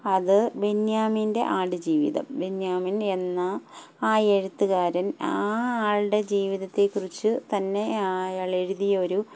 അത് ബെന്യാമിൻ്റെ ആട് ജീവിതം ബെന്യാമിൻ എന്ന ആ എഴുത്തുകാരൻ ആ ആളുടെ ജീവിതത്തെക്കുറിച്ച് തന്നെ അയാൾ എഴുതിയ ഒരു